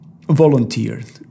volunteered